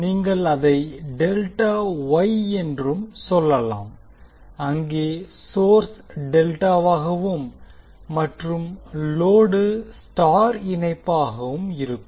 நீங்கள் அதை delta Y என்றும் சொல்லலாம் அங்கே சோர்ஸ் டெல்ட்டாவாகவும் மற்றும் லோடு ஸ்டார் இணைப்பாகவும் இருக்கும்